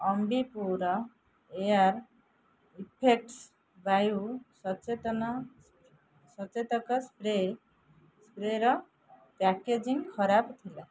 Ambi Pur air effects ବାୟୁ ସଚେତନ ସଚେତକ ସ୍ପ୍ରେ ସ୍ପ୍ରେର ପ୍ୟାକେଜିଂ ଖରାପ ଥିଲା